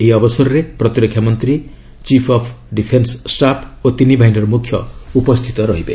ଏହି ଅବସରରେ ପ୍ରତିରକ୍ଷା ମନ୍ତ୍ରୀ ଚିଫ୍ ଅଫ୍ ଡିଫେନ୍ସ ଷ୍ଟାଫ୍ ଓ ତିନି ବାହିନୀର ମୁଖ୍ୟ ଉପସ୍ଥିତ ରହିବେ